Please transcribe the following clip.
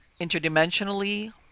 interdimensionally